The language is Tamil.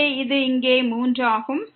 எனவே இது இங்கே 3 ஆகும்